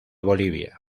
bolivia